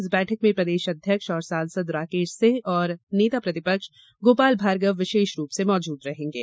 इस बैठक में प्रदेश अध्यक्ष और सांसद राकेश सिंह व नेता प्रतिपक्ष गोपाल भार्गव विशेष रूप से मौजूद रहेंगे